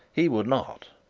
he would not.